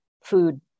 food